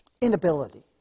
inability